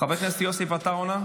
חבר הכנסת יוסף עטאונה,